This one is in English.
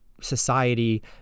society